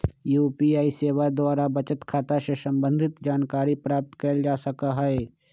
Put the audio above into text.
UPI सेवा द्वारा बचत खता से संबंधित जानकारी प्राप्त कएल जा सकहइ